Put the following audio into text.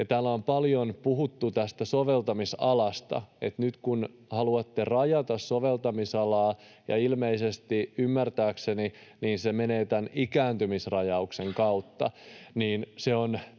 täällä on paljon puhuttu tästä soveltamisalasta, että nyt kun haluatte rajata soveltamisalaa ja ilmeisesti, ymmärtääkseni, se menee tämän ikääntymisrajauksen kautta, niin se on